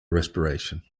respiration